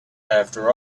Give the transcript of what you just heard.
after